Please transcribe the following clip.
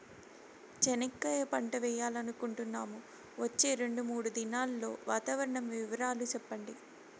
చెనక్కాయ పంట వేయాలనుకుంటున్నాము, వచ్చే రెండు, మూడు దినాల్లో వాతావరణం వివరాలు చెప్పండి?